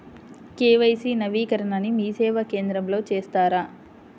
KYC నవీకరణని మీసేవా కేంద్రం లో చేస్తారా?